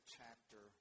chapter